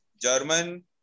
German